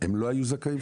הם לא היו זכאים?